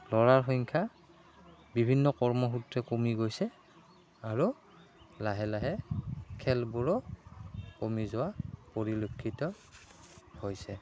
ল'ৰাৰ সংখ্যা বিভিন্ন কৰ্মসূত্ৰে কমি গৈছে আৰু লাহে লাহে খেলবোৰো কমি যোৱা পৰিলক্ষিত হৈছে